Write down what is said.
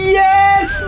yes